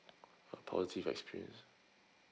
uh positive experience